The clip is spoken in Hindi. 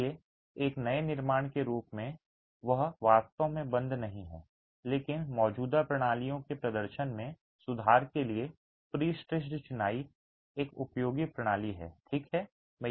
इसलिए एक नए निर्माण के रूप में यह वास्तव में बंद नहीं है लेकिन मौजूदा प्रणालियों के प्रदर्शन में सुधार के लिए प्रीस्ट्रेस्ड चिनाई एक उपयोगी प्रणाली है ठीक है